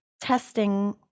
testing